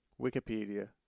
Wikipedia